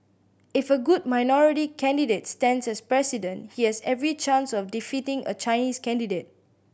if a good minority candidate stands as President he has every chance of defeating a Chinese candidate